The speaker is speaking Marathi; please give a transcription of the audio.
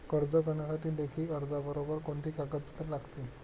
कर्ज करण्यासाठी लेखी अर्जाबरोबर कोणती कागदपत्रे लागतील?